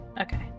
Okay